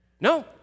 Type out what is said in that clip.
No